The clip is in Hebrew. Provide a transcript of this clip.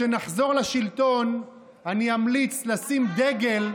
כשנחזור לשלטון אני אמליץ לשים דגל,